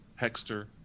Hexter